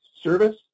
Service